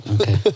Okay